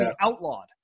outlawed